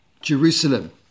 Jerusalem